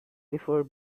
before